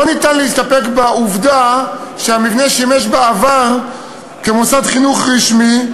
לא ניתן להסתפק בעובדה שהמבנה שימש בעבר כמוסד חינוך רשמי.